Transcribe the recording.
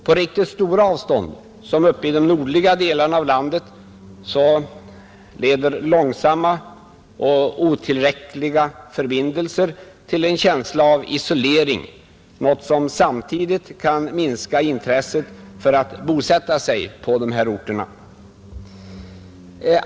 På riktigt stora avstånd — som uppe i de nordligare delarna av landet — leder långsamma och otillräckliga förbindelser till en känsla av isolering, något som samtidigt kan minska intresset för att bosätta sig i dessa orter.